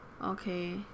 Okay